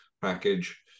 package